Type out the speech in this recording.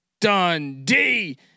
Dundee